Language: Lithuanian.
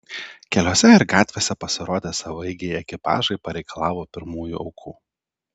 keliuose ir gatvėse pasirodę savaeigiai ekipažai pareikalavo pirmųjų aukų